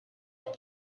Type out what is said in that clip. when